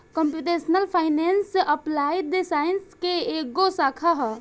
computational finance applied science के एगो शाखा ह